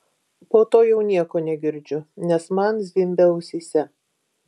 po to jau nieko negirdžiu nes man zvimbia ausyse